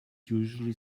usually